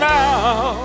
now